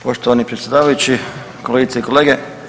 Poštovani predsjedavajući, kolegice i kolege.